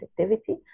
activity